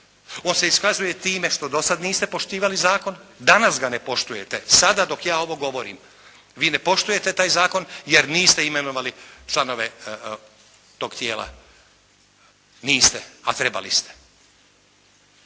On se iskazuje time što dosad niste poštivali zakon, danas ga ne poštujete, sada dok ja ovo govorim vi ne poštujete taj zakon, jer niste imenovali članove tog tijela. Niste, a trebali ste